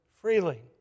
freely